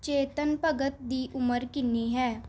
ਚੇਤਨ ਭਗਤ ਦੀ ਉਮਰ ਕਿੰਨੀ ਹੈ